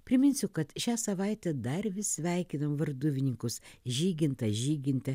priminsiu kad šią savaitę dar vis sveikinam varduvininkus žygintą žygintę